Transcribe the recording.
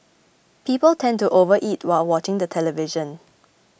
people tend to overeat while watching the television